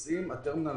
הוא